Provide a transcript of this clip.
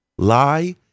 Lie